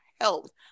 health